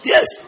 Yes